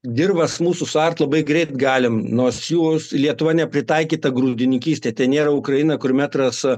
dirvas mūsų suart labai greit galim nors jūs lietuva nepritaikyta grūdininkystei tai nėra ukraina kur metras